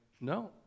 no